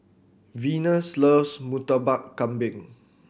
Venus loves Murtabak Kambing